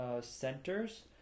centers